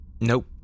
Nope